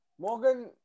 Morgan